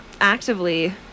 actively